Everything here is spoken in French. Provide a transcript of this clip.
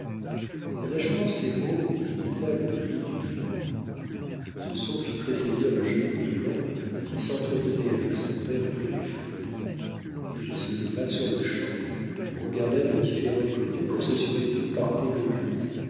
en achevant ces mots il imita le cri du hibou ce son fit tressaillir le jeune mohican qui s'entretenait avec son père près du feu il se leva sur-le-champ regarda de différents côtés pour s'assurer d'où partait ce